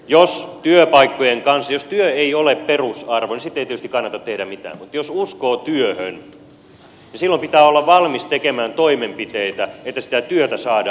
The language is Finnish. jos työ ei ole perusarvo niin sitten ei tietysti kannata tehdä mitään mutta jos uskoo työhön niin silloin pitää olla valmis tekemään toimenpiteitä että sitä työtä saadaan lisää